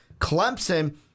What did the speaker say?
Clemson